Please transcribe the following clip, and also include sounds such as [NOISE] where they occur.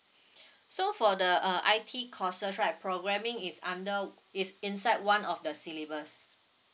[BREATH] so for the uh I_T courses right programming is under is inside one of the syllabus